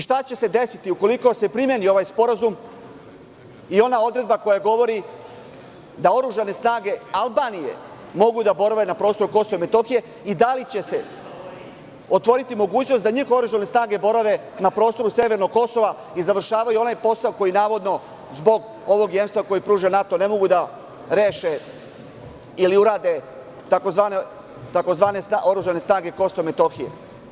Šta će se desiti ukoliko se primeni ovaj sporazum i ona odredba koja govori da oružane snage Albanije mogu da borave na prostoru KiM i da li će se otvoriti mogućnost da njihove oružane snage borave na prostoru severnog Kosova i završavaju onaj posao koji, navodno, zbog ovog jemstva koje pruža NATO, ne mogu da reše, ili urade tzv. oružane snage KiM?